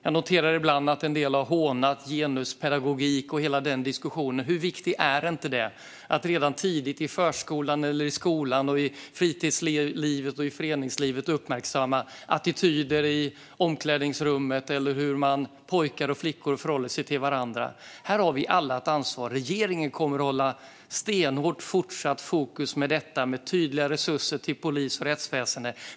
Jag noterar ibland att en del hånar genuspedagogik och hela den diskussionen. Men hur viktigt är det inte att redan tidigt i förskolan, skolan, fritidslivet och föreningslivet uppmärksamma attityder i omklädningsrummet eller hur pojkar och flickor förhåller sig till varandra. Här har vi alla ett ansvar. Regeringen kommer att hålla stenhårt fortsatt fokus på detta, med tydliga resurser till polis och rättsväsen.